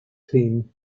team